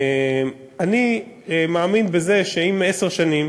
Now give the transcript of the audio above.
אני מאמין בזה שאם עשר שנים